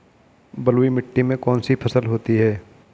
बलुई मिट्टी में कौन कौन सी फसल होती हैं?